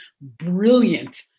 brilliant